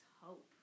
hope